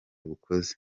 bukoze